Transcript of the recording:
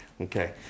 Okay